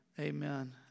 Amen